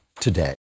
today